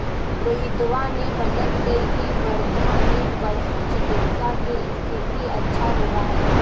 रोहितवा ने बतल कई की वर्धा में पशु चिकित्सा के स्थिति अच्छा होबा हई